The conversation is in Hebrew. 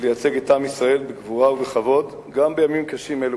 ולייצג את עם ישראל בגבורה ובכבוד גם בימים קשים אלו.